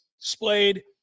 displayed